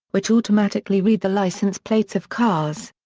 which automatically read the licence plates of cars.